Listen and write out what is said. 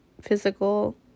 physical